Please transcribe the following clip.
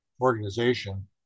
organization